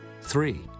three